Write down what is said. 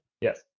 yes